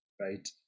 right